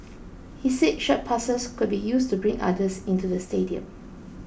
he said such passes could be used to bring others into the stadium